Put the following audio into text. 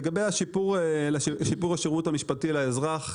לגבי שיפור השירות המשפטי לאזרח,